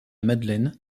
madeleine